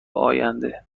آینده